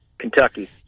kentucky